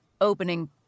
opening